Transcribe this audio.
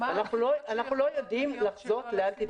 אנחנו לא יודעים לחזות את העתיד.